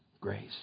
grace